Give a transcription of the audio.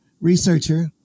researcher